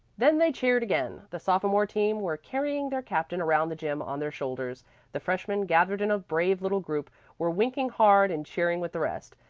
then they cheered again. the sophomore team were carrying their captain around the gym on their shoulders the freshmen, gathered in a brave little group, were winking hard and cheering with the rest.